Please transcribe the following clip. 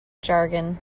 jargon